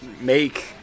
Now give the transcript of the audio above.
make